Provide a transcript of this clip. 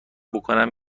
بکنم